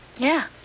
yeah.